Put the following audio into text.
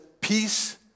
peace